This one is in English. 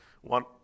one